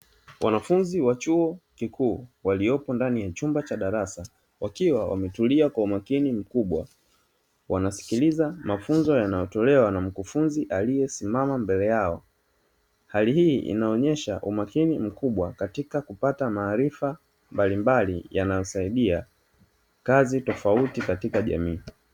Wanafunzi wa chuo kikuu waliopo ndani ya chumba cha darasa wakiwa wametulia kwa umakini mkubwa, wanasikiliza mafunzo yanayotolewa na mkufunzi aliyesimama mbele yao. Hali hii inaonyesha umakini mkubwa katika kupata maarifa mbalimbali yanayosaidia kazi tofauti katika jamii.